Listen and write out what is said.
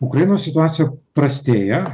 ukrainos situacija prastėja